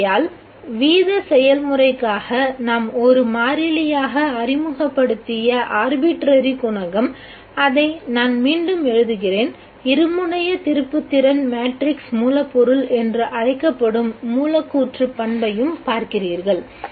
ஆகையால் வீத செயல்முறைக்காக நாம் ஒரு மாறிலியாக அறிமுகப்படுத்திய ஆர்பிட்ரரி குணகம் அதை நான் மீண்டும் எழுதுகிறேன் இருமுனையத் திருப்புத்திறன் மேட்ரிக்ஸ் மூலப்பொருள் என்று அழைக்கப்படும் மூலக்கூற்று பண்பையும் பார்க்கிறீர்கள்